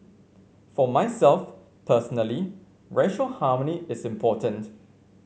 for myself personally racial harmony is important